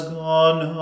gone